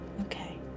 Okay